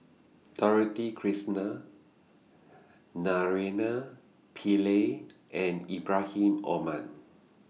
Dorothy Krishnan Naraina Pillai and Ibrahim Omar